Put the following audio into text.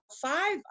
five